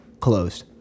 closed